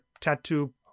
tattoo